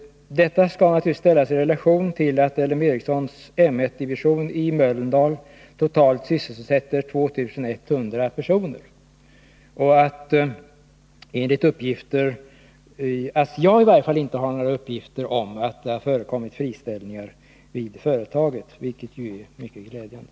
Detta skall ställas i relation till att L M Ericssons division i Mölndal totalt sysselsätter 2 100 personer. Och jag har inte fått några uppgifter om att det har förekommit friställningar vid företaget, vilket ju är mycket glädjande.